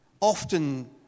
often